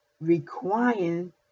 Requiring